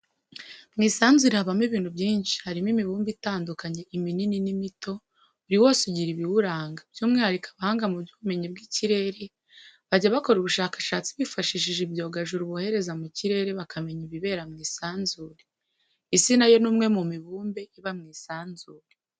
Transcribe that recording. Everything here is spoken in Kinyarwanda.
Mu isanzure habamo ibintu byinshi harimo imibumbe itandukanye iminini n'imito buri wose ugira ibiwuranga by'umwihariko abahanga mu by'ubumenyi bw'ikirere bajya abakora ubushakashatsi bifashishije ibyogajuru bohereza mu kirere bakamenya ibibera mw'isanzure, isi nayo ni umwe mu mibumbe iba mw'isanzure.